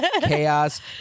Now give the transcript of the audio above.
chaos